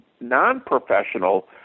non-professional